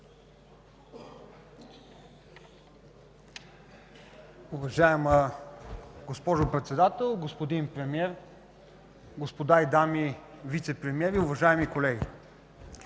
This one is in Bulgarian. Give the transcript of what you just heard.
Уважаема госпожо Председател, господин Премиер, господа и дами вицепремиери, уважаеми колеги!